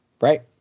Right